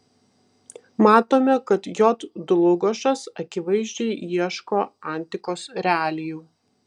matome kad j dlugošas akivaizdžiai ieško antikos realijų